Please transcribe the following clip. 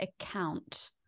account